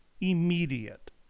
immediate